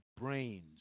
Brains